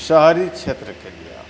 शहरी क्षेत्रके लिए